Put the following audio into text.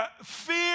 Fear